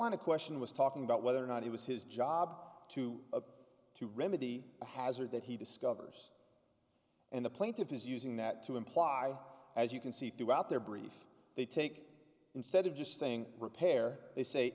to question was talking about whether or not it was his job to to remedy the hazard that he discovers and the plaintiff is using that to imply as you can see throughout their brief they take instead of just saying repair they say